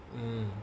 mmhmm